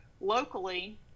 locally